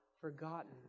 forgotten